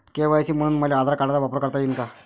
KYC म्हनून मले आधार कार्डाचा वापर करता येईन का?